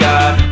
God